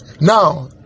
Now